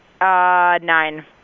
Nine